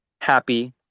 happy